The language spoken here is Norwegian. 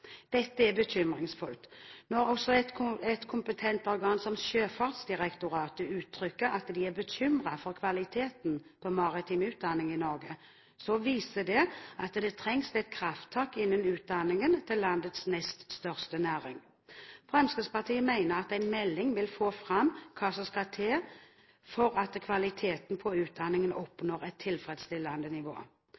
Dette er bekymringsfullt. Når også et kompetent organ som Sjøfartsdirektoratet uttrykker at de er bekymret for kvaliteten på maritim utdanning i Norge, viser det at det trengs et krafttak innen utdanningen til landets nest største næring. Fremskrittspartiet mener at en melding vil få fram hva som skal til for at kvaliteten på utdanningen